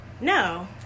No